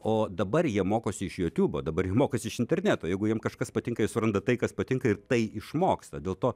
o dabar jie mokosi iš jutubo dabar jie mokosi iš interneto jeigu jiems kažkas patinka jie suranda tai kas patinka ir tai išmoksta dėl to